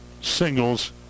singles